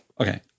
Okay